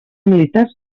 militars